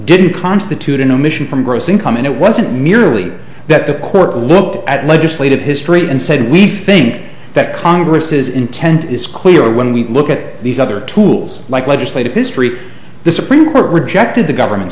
didn't constitute an omission from gross income and it wasn't merely that the court looked at legislative history and said we think that congress's intent is clear when we look at these other tools like legislative history the supreme court rejected the government's